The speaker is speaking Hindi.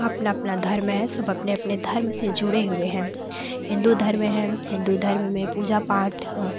सबका अपना अपना धर्म है सब अपने अपने धर्म से जुड़े हुए हैं हिंदू धर्म है हिंदू धर्म में पूजा पाठ